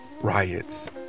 Riots